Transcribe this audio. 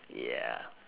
yeah